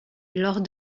lors